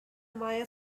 maya